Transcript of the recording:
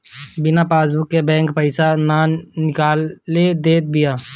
बिना पासबुक के बैंक पईसा ना निकाले देत बिया